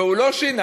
והוא לא שינה,